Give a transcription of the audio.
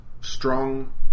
strong